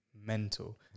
mental